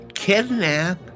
kidnap